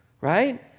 right